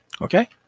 Okay